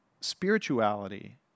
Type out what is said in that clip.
spirituality